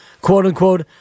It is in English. quote-unquote